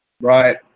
Right